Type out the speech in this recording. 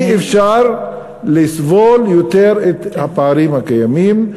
אי-אפשר לסבול יותר את הפערים הקיימים.